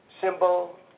symbol